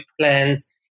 plans